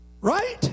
right